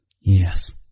Yes